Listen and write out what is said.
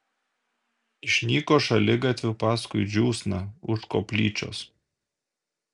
išnyko šaligatviu paskui džiūsną už koplyčios